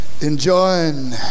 enjoying